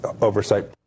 oversight